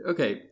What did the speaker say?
Okay